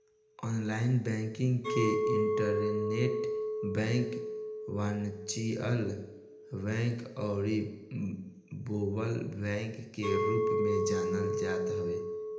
online banking के internet bank, virtual bank अउरी web bank के रूप में जानल जात हवे